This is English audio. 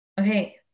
okay